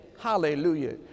Hallelujah